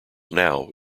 now